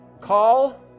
Call